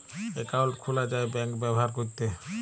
account খুলা যায় bank ব্যাভার ক্যরতে